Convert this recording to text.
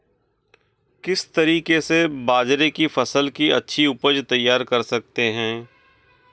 किस तरीके से बाजरे की फसल की अच्छी उपज तैयार कर सकते हैं?